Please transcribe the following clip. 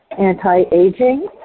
anti-aging